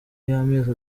y’amezi